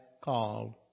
called